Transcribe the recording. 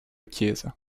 chiesa